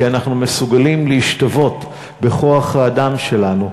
כי אנחנו מסוגלים להשתוות בכוח-האדם שלנו,